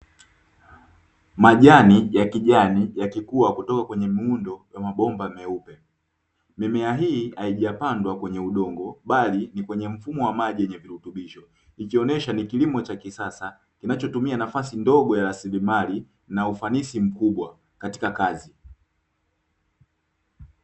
Majani ya kijani yakikua kutoka kwenye muundo wa mabomba meupe. Mimea hii haijapandwa kwenye udongo bali ni kwenye mfumo wa maji yenye virutubisho, ikionyesha ni kilimo cha kisasa kinachotumia nafasi ndogo ya rasilimali, na ufanisi mkubwa katika kazi.